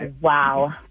wow